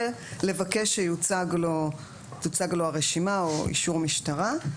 לבקש שתוצג לו הרשימה או אישור משטרה,